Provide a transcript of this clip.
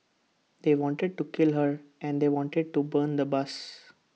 they wanted to kill her and they wanted to burn the bus